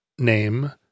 Name